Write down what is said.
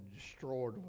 destroyed